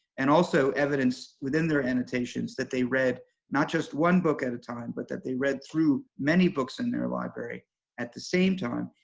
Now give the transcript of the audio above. and also evidence within their annotations that they read not just one book at a time but that they read through many books in their library at the same time,